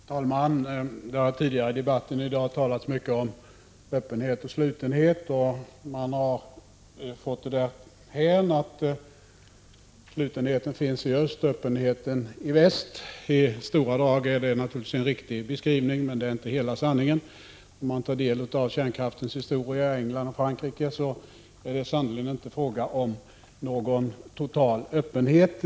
Herr talman! Det har tidigare i debatten i dag talats mycket om öppenhet och slutenhet. Man har fått det dithän att slutenheten finns i öst och öppenheten i väst. I stora drag är det naturligtvis en riktig beskrivning, men det är inte hela sanningen. Om vi tar del av kärnkraftens historia i England och Frankrike, finner vi att det sannerligen inte är fråga om någon total öppenhet.